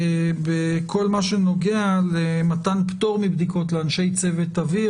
בכל מה שנוגע למתן פטור מבדיקות לאנשי צוות אוויר.